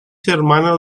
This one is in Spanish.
hermano